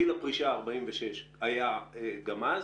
גיל הפרישה 46 היה גם אז.